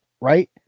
Right